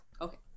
Okay